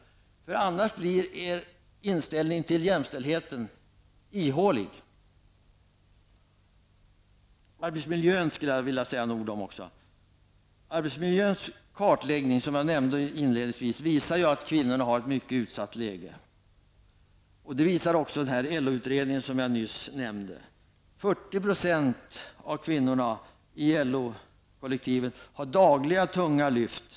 Annars blir er inställning till jämställdheten ihålig. Arbetsmiljön skulle jag också vilja säga några ord om. Arbetsmiljöns kartläggning, som jag nämnde inledningsvis, visar att kvinnorna har ett mycket utsatt läge. Det visar också den LO-utredning som jag nyss nämnde. 40 % av kvinnorna i LO kollektivet utför dagligen tunga lyft.